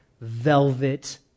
velvet